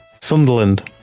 Sunderland